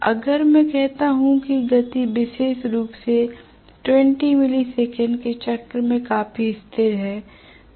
इसलिए अगर मैं कहता हूं कि गति विशेष रूप से 20 मिली सेकंड के चक्र में काफी स्थिर है